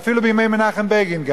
ואפילו בימי מנחם בגין,